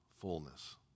fullness